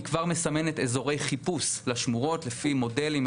היא כבר מסמנת אזורי חיפוש לשמורות לפי מודלים,